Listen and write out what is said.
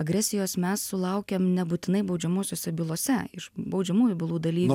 agresijos mes sulaukiam nebūtinai baudžiamosiose bylose iš baudžiamųjų bylų dalyvių